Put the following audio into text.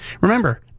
Remember